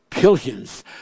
billions